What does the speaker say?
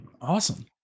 Awesome